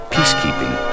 Peacekeeping